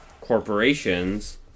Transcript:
corporations